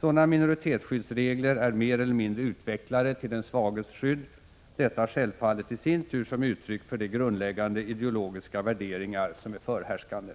Sådana minoritetsskyddsregler är mer eller mindre utvecklade till den svages skydd, detta självfallet i sin tur som uttryck för de grundläggande ideologiska värderingar som är förhärskande.